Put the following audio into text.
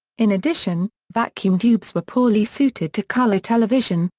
in addition, vacuum tubes were poorly suited to color television,